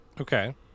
okay